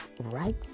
Right